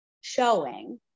showing